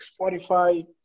Spotify